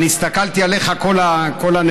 אני הסתכלתי עליך כל הנאום,